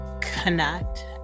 connect